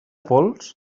pols